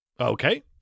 Okay